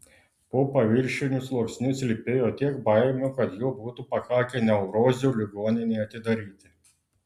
po paviršiniu sluoksniu slypėjo tiek baimių kad jų būtų pakakę neurozių ligoninei atidaryti